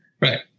Right